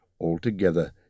Altogether